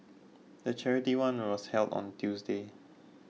the charity run was held on Tuesday